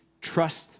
trust